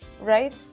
right